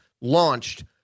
launched